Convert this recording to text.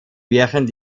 während